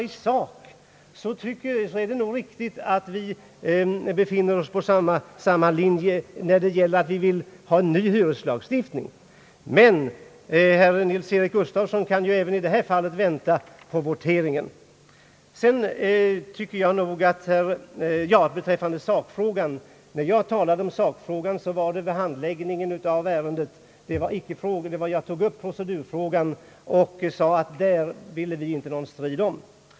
I sak är det nog riktigt att vi befinner oss på samma linje när vi vill ha en ny hyreslagstiftning. Men herr Nils-Eric Gustafsson kan ju även i det här fallet vänta på voteringen. När jag talade om sakfrågan gällde det handläggningen av ärendet. Jag tog upp procedurfrågan och sade att beträffande den ville vi inte ha någon strid.